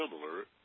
similar